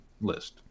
list